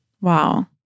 Wow